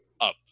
up